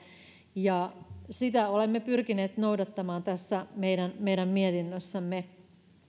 sitä olemme pyrkineet noudattamaan tässä meidän meidän mietinnössämme